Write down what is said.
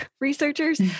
researchers